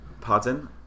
Pardon